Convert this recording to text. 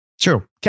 True